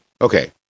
okay